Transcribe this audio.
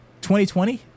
2020